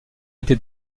été